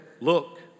look